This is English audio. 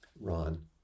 Ron